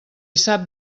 sap